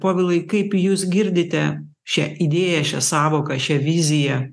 povilai kaip jūs girdite šią idėją šią sąvoką šią viziją